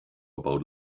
about